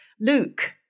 Luke